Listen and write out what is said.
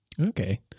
Okay